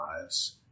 lives